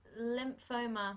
lymphoma